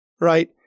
right